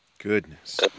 Goodness